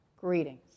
Greetings